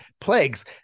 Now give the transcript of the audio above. plagues